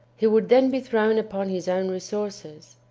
he would then be thrown upon his own resources.